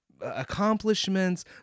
accomplishments